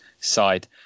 side